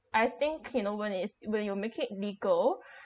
I think you know when it's when you make it legal